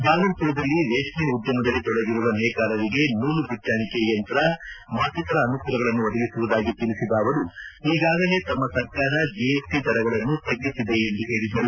ಬಾಗಲ್ಮರದಲ್ಲಿ ರೇಷ್ಮೆ ಉದ್ಯಮದಲ್ಲಿ ತೊಡಗಿರುವ ನೇಕಾರರು ನೂಲು ಬಿಚ್ಚಾಣಿಕೆ ಯಂತ್ರ ಮತ್ತಿತರ ಅನುಕೂಲಗಳನ್ನು ಒದಗಿಸುವುದಾಗಿ ತಿಳಿಸಿದ ಅವರು ಈಗಾಗಲೇ ತಮ್ಮ ಸರ್ಕಾರ ಜಿಎಸ್ಟಿ ದರಗಳನ್ನು ತಗ್ಗಿಸಿದೆ ಎಂದು ಹೇಳಿದರು